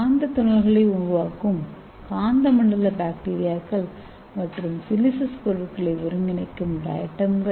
காந்த நானோதுகள்களை உருவாக்கும் காந்தமண்டல பாக்டீரியாக்கள் மற்றும் சிலிசஸ் பொருட்களை ஒருங்கிணைக்கும் டயட்டம்கள்